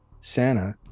Santa